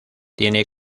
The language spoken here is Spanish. tiene